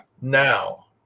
Now